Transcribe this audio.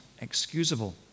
excusable